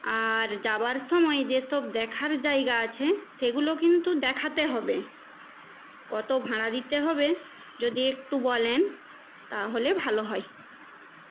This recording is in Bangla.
আর যাওয়ার সময় যেসব দেখার জায়গা আছে সেগুলো কিন্তু দেখাতে হবে কত ভাড়া দিতে হবে যদি একটু বলেন তাহলে ভালো হয়